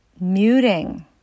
muting